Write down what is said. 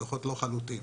הדוחות לא חלוטים.